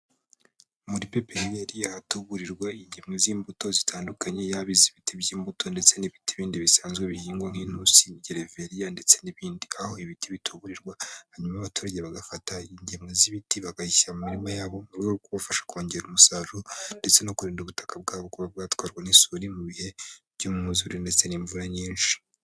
Muri pepeniyeri hari ahatuburirwa ingemwe z'imbuto zitandukanye yaba iz'ibiti by'imbuto ndetse n'ibiti bindi bisanzwe bihingwa nk'intusi, gereveriya ndetse n'ibindi, aho ibiti bituburirwa hanyuma abaturage bagafata ingemwe z'ibiti bakazishyira mu mirima yabo mu rwego rwo kubafasha kongera umusaruro ndetse no kurinda ubutaka bwabo kuba bwatwarwa n'isuri mu bihe by'imyuzure ndetse n'imvura nyinshi.